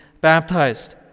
baptized